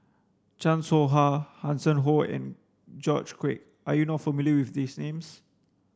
Chan Soh Ha Hanson Ho and George Quek are you not familiar with these names